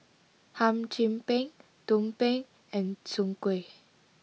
Hum Chim Peng Tumpeng and Soon Kuih